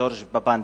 ג'ורג' פפנדראו.